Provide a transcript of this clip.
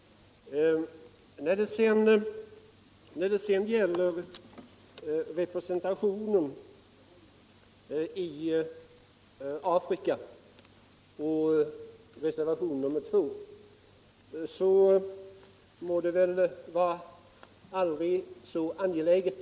När det gäller reservation nr 2 må väl representationen i Afrika vara aldrig så angelägen.